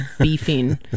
beefing